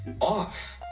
off